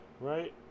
right